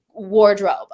wardrobe